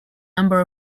number